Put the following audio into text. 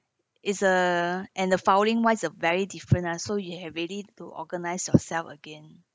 is a and the filing wise a very different ah so you have really to organize yourself again